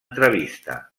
entrevista